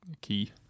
key